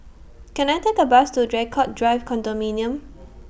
Can I Take A Bus to Draycott Drive Car Drive Condominium